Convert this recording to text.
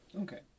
Okay